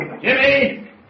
Jimmy